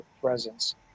presence